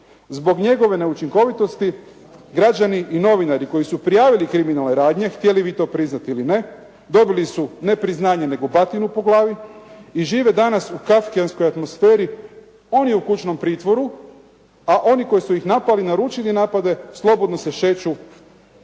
Zbog njegove neučinkovitosti građani i novinari koji su prijavili kriminalne radnje htjeli vi to priznati ili ne dobili su ne priznanje, nego batinu po glavi i žive danas u …/Govornik se ne razumije./… atmosferi. On je u kućnom pritvoru, a oni koji su ih napali, naručili napade slobodno se šeću